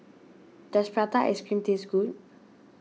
does Prata Ice Cream taste good